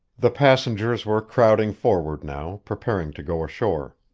the passengers were crowding forward now, preparing to go ashore.